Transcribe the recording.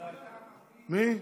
מי?